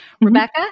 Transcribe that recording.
Rebecca